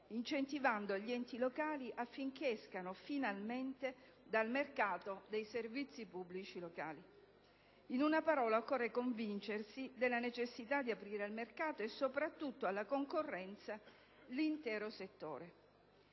incentivando gli enti locali affinché escano finalmente dal mercato dei servizi pubblici locali. In una parola, occorre convincersi della necessità di aprire al mercato e soprattutto alla concorrenza l'intero settore.